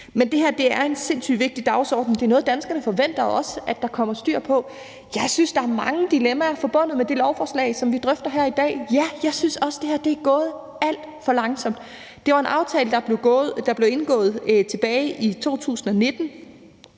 Men det her er en sindssyg vigtig dagsorden. Det er noget, danskerne forventer af os at der kommer styr på. Jeg synes, der er mange dilemmaer forbundet med det lovforslag, som vi drøfter her i dag. Ja, jeg synes også, det her er gået alt for langsomt. Det var en aftale, der blev indgået tilbage i 2019.